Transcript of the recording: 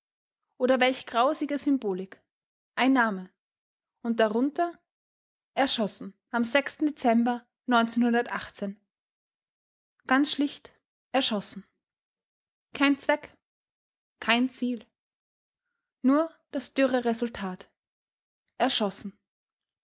oder welch grausige symbolik ein name und darunter erschossen am dezember ganz schlicht erschossen kein zweck kein ziel nur das dürre resultat erschossen